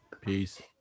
Peace